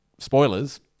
Spoilers